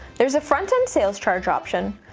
there is a front-end sales charge option,